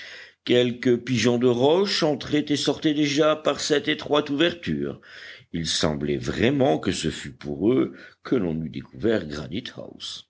quelques pigeons de roche entraient et sortaient déjà par cette étroite ouverture il semblait vraiment que ce fût pour eux que l'on eût découvert